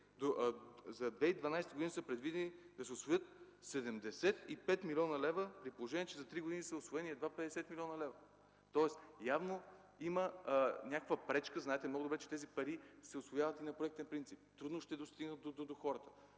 За 2012 г. са предвидени да се усвоят 75 млн. лв., при положение, че за три години са усвоени едва 50 млн. лв. Явно има някаква пречка. Знаете много добре, че тези пари се усвояват на проектен принцип. Трудно ще достигнат до хората.